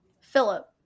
Philip